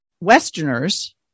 Westerners